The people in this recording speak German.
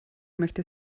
möchte